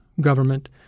government